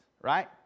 right